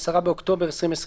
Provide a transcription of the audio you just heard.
10 באוקטובר 2020,